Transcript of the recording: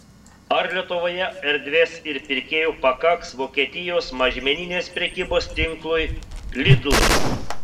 ar lietuvoje erdvės ir pirkėjų pakaks vokietijos mažmeninės prekybos tinklui lidl